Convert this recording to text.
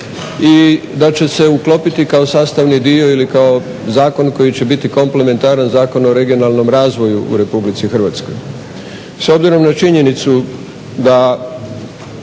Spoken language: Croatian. i da će se uklopiti kao sastavni dio ili kao zakon koji će biti komplementaran Zakonu o regionalnom razvoju u RH. S obzirom na činjenicu da